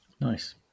nice